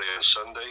Sunday